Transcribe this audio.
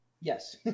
Yes